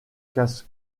casse